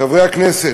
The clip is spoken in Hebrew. חברי הכנסת,